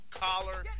collar